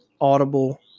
Audible